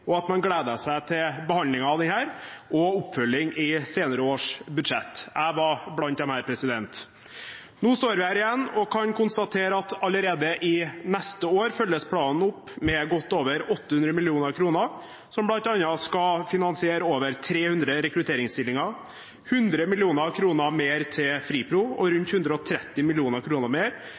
og at man gledet seg til behandlingen av den og oppfølging i senere års budsjett. Jeg var blant disse. Nå står vi her igjen og kan konstatere at planen allerede neste år følges opp med godt over 800 mill. kr, som bl.a. skal finansiere over 300 rekrutteringsstillinger, 100 mill. kr mer til FRIPRO og rundt 130 mill. kr mer